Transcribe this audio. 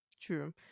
True